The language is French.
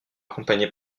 accompagné